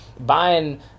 Buying